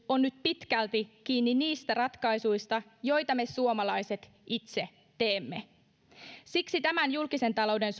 on nyt pitkälti kiinni niistä ratkaisuista joita me suomalaiset itse teemme siksi tämä julkisen talouden